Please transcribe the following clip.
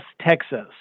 texas